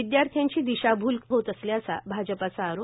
विद्याथ्र्यांची दिशाभूल होत असल्याचा भाजपाचा आरोप